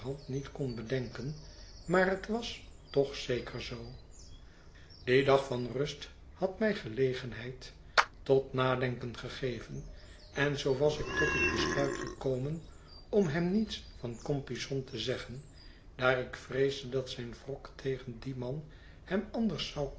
niet kon bedenken maar het was toch zeker zoo die dag van rust had mij gelegenheid tot nadenken gegeven en zoo was ik tot het besluit gekomen om hem niets van compeyson te zeggen daar ik vreesde dat zijn wrok tegen dien man hem anders zou